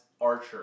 Archer